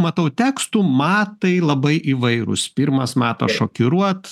matau tekstų matai labai įvairūs pirmas matas šokiruot